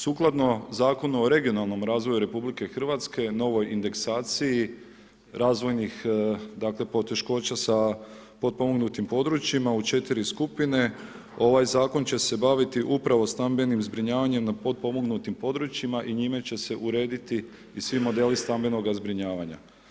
Sukladno Zakonu o regionalnom razvoju RH novoj indeksaciji razvojnih poteškoća sa potpomognutim područjima u 4 skupine, ovaj zakon će se baviti upravo stambenim zbrinjavanjem na potpomognutim područjima i njime će se urediti i svi modeli stambenoga zbrinjavanja.